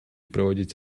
проводить